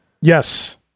Yes